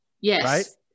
Yes